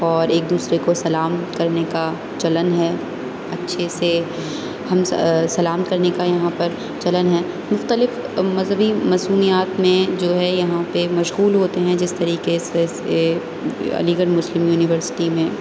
اور ایک دوسرے کو سلام کرنے کا چلن ہے اچھے سے ہم سلام کرنے کا یہاں پر چلن ہے مختلف مذہبی مسنیات میں جو ہے یہاں پہ مشغول ہوتے ہیں جس طریقے سے سےعلی گڑھ مسلم یونیورسٹی میں